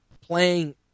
playing